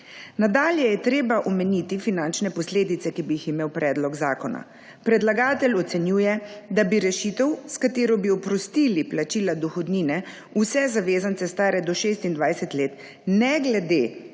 Nadalje je treba omeniti finančne posledice, ki bi jih imel predlog zakona. Predlagatelj ocenjuje, da bi rešitev, s katero bi oprostili plačila dohodnine vse zavezance stare do 26 let, ne glede